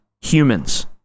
humans